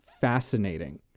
fascinating